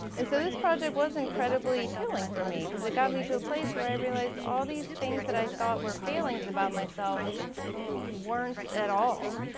and so this project was incredibly healing for me cause it got me to a place where i realized all these things that i thought were failings about myself weren't at all.